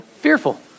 fearful